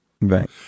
Right